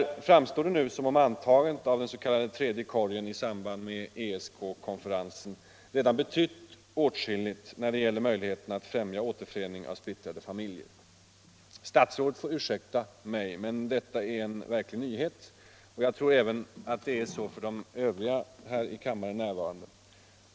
I svaret framstår det som om antagandet av den s.k. tredje korgen = Helsingforsavtalets i samband med ESK-konferensen redan betytt åtskilligt för möjligheterna — bestämmelser att främja återförening av splittrade familjer. Statsrådet får ursäkta mig, men detta är en verklig nyhet för mig, och jag tror att det är så även för övriga närvarande i kammaren.